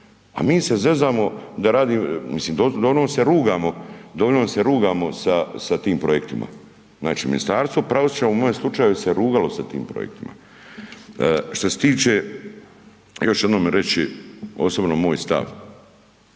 Pa mi se zezamo da radi, .../Govornik se ne razumije./... se rugamo sa tim projektima. Znači Ministarstvo pravosuđa u mojem slučaju se rugalo sa tim projektima. Što se tiče, još jednom ću reći osobno moj stav,